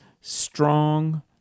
strong